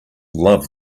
love